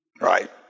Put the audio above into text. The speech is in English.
Right